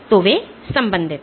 तो वे संबंधित हैं